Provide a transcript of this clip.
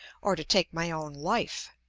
or to take my own life.